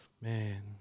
man